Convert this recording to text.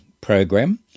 program